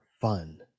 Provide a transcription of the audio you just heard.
fun